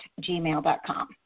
gmail.com